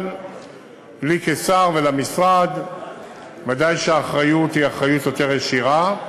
אבל לי כשר ולמשרד ודאי שהאחריות היא אחריות יותר ישירה.